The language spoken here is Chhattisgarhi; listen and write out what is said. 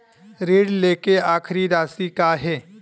ऋण लेके आखिरी राशि का हे?